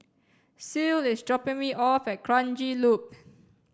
Ceil is dropping me off at Kranji Loop